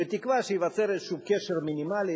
בתקווה שייווצר איזשהו קשר מינימלי,